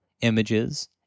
images